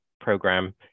program